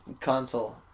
console